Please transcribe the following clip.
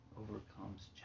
overcomes